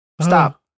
stop